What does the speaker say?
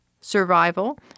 survival